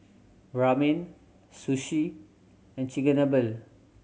Ramen Sushi and Chigenabe